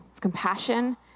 compassion